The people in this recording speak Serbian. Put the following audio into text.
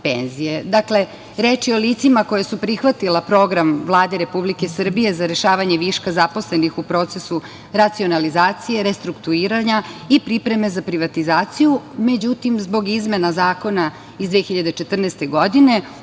reč je o licima koja su prihvatila Program Vlade Republike Srbije za rešavanje viška zaposlenih u procesu racionalizacije, restrukturiranja i pripreme za privatizaciju. Međutim, zbog izmena zakona iz 2014. godine,